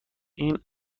این